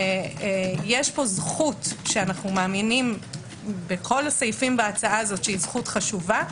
יש פה זכות שאנו מאמינים בכל הסעיפים בהצעה שלה שהיא חשובה,